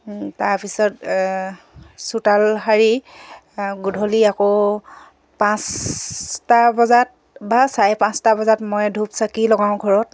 তাৰপিছত চোতাল শাৰী গধূলি আকৌ পাঁচটা বজাত বা চাৰে পাঁচটা বজাত মই ধূপ চাকি লগাওঁ ঘৰত